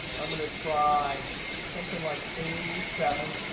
i'm going to try something like a seven,